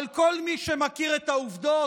אבל כל מי שמכיר את העובדות,